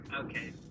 Okay